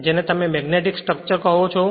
જેને તમે magnetic structure છો